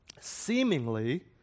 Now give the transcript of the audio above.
seemingly